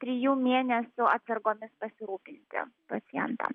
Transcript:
trijų mėnesių atsargomis pasirūpinti pacientam